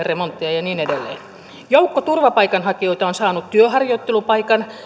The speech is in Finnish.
remontteja ja niin niin edelleen joukko turvapaikanhakijoita on saanut työharjoittelupaikan